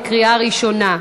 בקריאה ראשונה.